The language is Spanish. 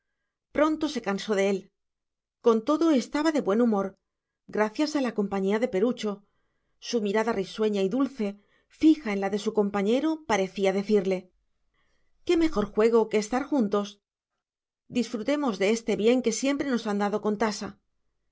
pronto se cansó de él con todo estaba de buen humor gracias a la compañía de perucho su mirada risueña y dulce fija en la de su compañero parecía decirle qué mejor juego que estar juntos disfrutemos de este bien que siempre nos han dado con tasa